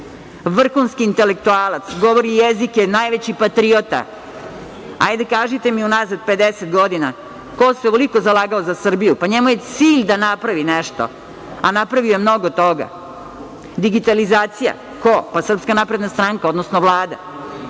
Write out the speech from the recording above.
Vrhunski intelektualac, govori jezike, najveći patriota. Hajde kažite mi unazad 50 godina ko se ovoliko zalagao za Srbiju. Njemu je cilj da napravi nešto, a napravio je mnogo toga. Digitalizacija. Ko? Pa SNS, odnosno Vlada.